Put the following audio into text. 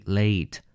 late